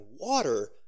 water